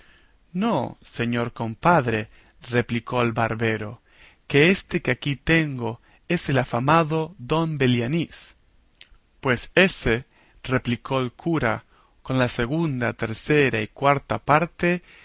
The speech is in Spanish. no señor compadre replicó el barbero que éste que aquí tengo es el afamado don belianís pues ése replicó el cura con la segunda tercera y cuarta parte